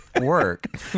work